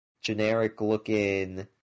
generic-looking